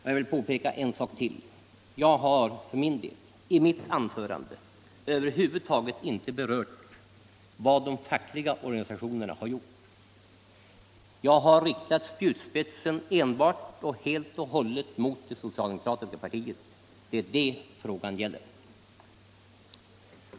Jag vill påpeka en sak till: Jag berörde i mitt anförande över huvud taget inte vad de fackliga organisationerna har gjort. Jag riktade spjutspetsen enbart mot det socialdemokratiska partiet. Det är det frågan gäller.